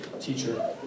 teacher